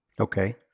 Okay